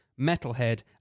Metalhead